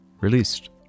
released